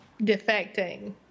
defecting